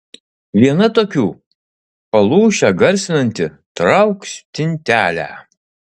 viena tokių palūšę garsinanti trauk stintelę